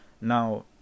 now